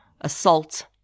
assault